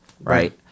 right